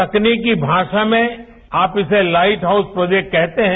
तकनीकी भाषा में आप इसे लाइट हाउस प्रोजेक्ट कहते हैं